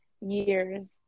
years